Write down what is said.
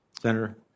Senator